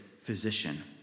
physician